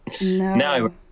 No